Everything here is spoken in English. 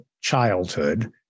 childhood